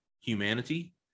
humanity